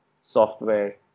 software